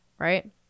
right